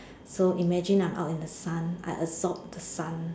so imagine I'm out in the sun I absorb the sun